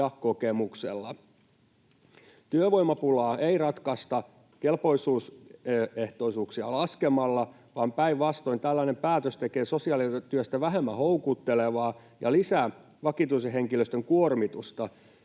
ja kokemuksella. Työvoimapulaa ei ratkaista kelpoisuusehtoisuuksia laskemalla vaan päinvastoin, tällainen päätös tekee sosiaalityöstä vähemmän houkuttelevaa ja lisää vakituisen henkilöstön kuormitusta.